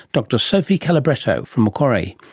dr sophie calabretto from macquarie.